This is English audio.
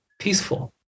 peaceful